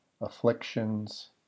afflictions